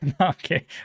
okay